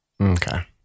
Okay